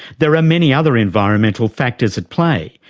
there are many other environmental factors at play,